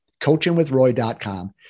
Coachingwithroy.com